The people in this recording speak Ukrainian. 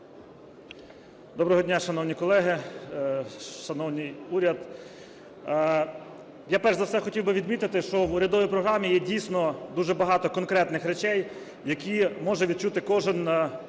Доброго дня, шановні колеги, шановний уряд! Я, перш за все, хотів би відмітити, що в урядовій програмі є, дійсно, дуже багато конкретних речей, які може відчути кожен